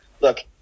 Look